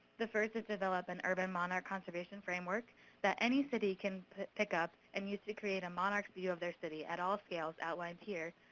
the first is to develop an urban monarch conservation framework that any city can pick up and use to create a monarch's view of their city, at all scales outlined here.